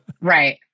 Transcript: Right